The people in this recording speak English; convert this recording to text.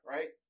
Right